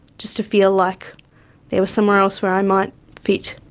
just to feel like there was somewhere else where i might fit.